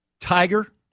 Tiger